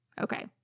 Okay